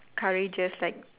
courageous like